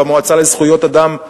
במועצה לזכויות אדם,